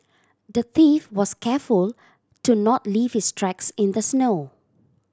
the thief was careful to not leave his tracks in the snow